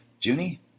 Junie